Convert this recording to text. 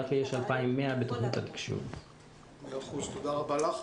--- תודה רבה לך.